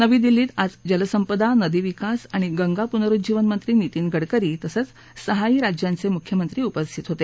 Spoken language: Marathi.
नवी दिल्लीत आज जलसंपदा नदीविकास आणि गंगापुरुज्जीवन मंत्री नितीन गडकरी तसंच सहाही राज्यांचे मुख्यमंत्री उपस्थित होते